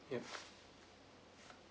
yup